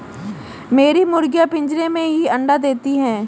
मेरी मुर्गियां पिंजरे में ही अंडा देती हैं